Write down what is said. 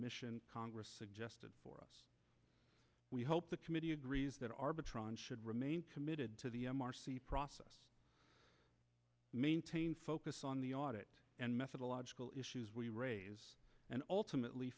mission congress suggested for us we hope the committee agrees that arbitron should remain committed to the process maintain focus on the audit and methodological issues we raise and ultimately